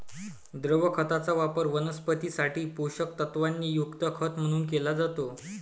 द्रव खताचा वापर वनस्पतीं साठी पोषक तत्वांनी युक्त खत म्हणून केला जातो